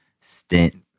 stint